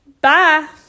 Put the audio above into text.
bye